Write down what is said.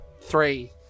Three